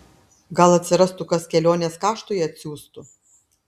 gal atsirastų kas kelionės kaštui atsiųstų